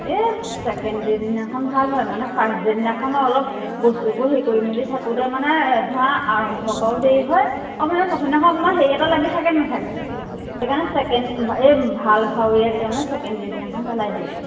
second day দিনাখন ভাল হয় মানে ফাৰ্ষ্ট ডে দিনাখনত অলপ বস্তুবোৰ হেৰি কৰি মেলি থাকোঁতে মানে ধৰা আৰম্ভ কৰাও দেৰি হয় আৰু মানে প্ৰথমদিনাখন অকণ হেৰি এটা লাগি থাকেনে নাথাকে সেইকাৰণে ছেকেণ্ড এই ভাল ভাওৰীয়াকেইটা মানে ছেকেণ্ড ডে দিনাখন পেলাই দিয়ে